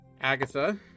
Agatha